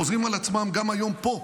חוזרים על עצמם גם היום פה,